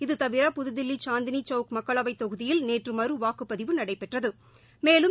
இதுதவிர புததில்லிசாந்தினிசவுக் மக்களவைதொகுதியில் நேற்று மறு வாக்குப் பதிவு நடைபெற்றது மேலும்